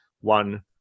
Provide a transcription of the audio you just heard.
one-